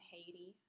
Haiti